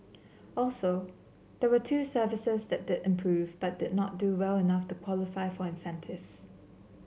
also there were two services that did improve but did not do well enough to qualify for incentives